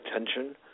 attention